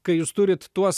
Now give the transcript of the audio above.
kai jūs turit tuos